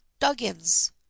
Duggins